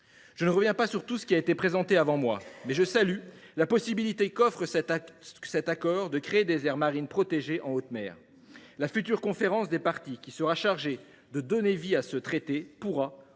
Je ne reviens pas sur tout ce qui a été présenté avant moi, mais je salue la possibilité qu’offre cet accord de créer des aires marines protégées en haute mer. La future conférence des parties qui sera chargée de donner vie à ce traité pourra, en